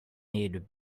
need